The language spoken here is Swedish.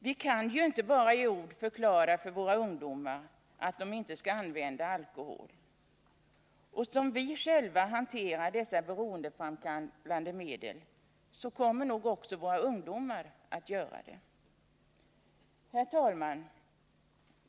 Vi kan ju inte bara i ord förklara för våra ungdomar att de inte skall använda alkohol. Som vi själva hanterar dessa beroendeframkallande medel kommer också våra ungdomar att göra det. Herr talman!